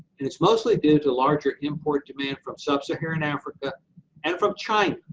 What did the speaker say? and it's mostly due to larger import demand from sub-saharan africa and from china,